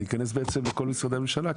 לכל משרדי הממשלה,